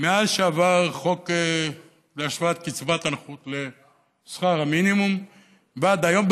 מאז שעבר חוק להשוואת קצבת הנכות לשכר המינימום ועד היום,